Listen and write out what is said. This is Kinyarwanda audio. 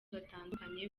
batandukanye